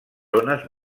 zones